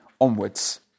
onwards